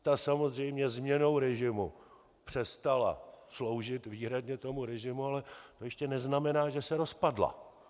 Ta samozřejmě změnou režimu přestala sloužit výhradně tomu režimu, ale to ještě neznamená, že se rozpadla.